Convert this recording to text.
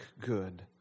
good